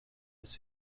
his